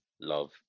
love